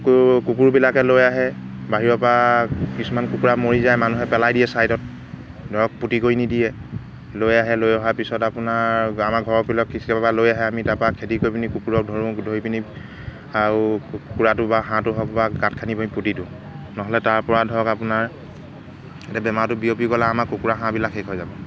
কুকুৰ কুকুৰবিলাকে লৈ আহে বাহিৰৰপৰা কিছুমান কুকুৰা মৰি যায় মানুহে পেলাই দিয়ে ছাইডত ধৰক পুতি কৰি নিদিয়ে লৈ আহে লৈ অহাৰ পিছত আপোনাৰ আমাৰ ঘৰৰফালৰ বা পিছফালৰপৰা লৈ আহে আমি তাৰপৰা খেদি কৰি পিনি কুকুৰক ধৰোঁ ধৰি পিনি আৰু কুকুৰাটো বা হাঁহটো হওক বা গাঁত খান্দি পিনি পুতি দিওঁ নহ'লে তাৰপৰা ধৰক আপোনাৰ এতিয়া বেমাৰটো বিয়পি গ'লে আমাৰ কুকুৰা হাঁহবিলাক শেষ হৈ যাব